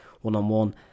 one-on-one